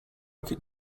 could